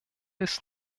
ist